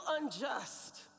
unjust